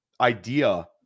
idea